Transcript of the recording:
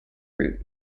route